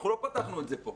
אנחנו לא פתחנו את זה פה.